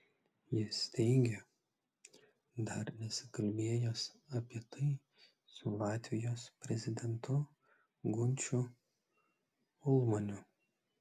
jis teigė dar nesikalbėjęs apie tai su latvijos prezidentu gunčiu ulmaniu